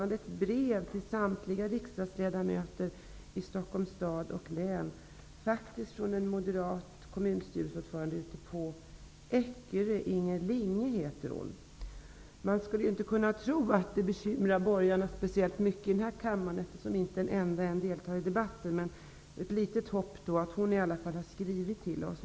Samtliga riksdagsledamöter i Stockholms stad och län fick i februari ett brev från en moderat kommunstyrelseordförande på Ekerö, Inger Linge. Man skulle inte kunna tro att detta bekymrar borgarna speciellt mycket, eftersom inte en enda deltar i debatten, men det är ett litet hopp att Inger Linge har skrivit till oss.